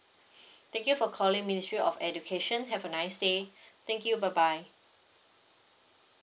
thank you for calling ministry of education have a nice day thank you bye bye